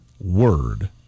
word